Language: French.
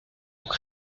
donc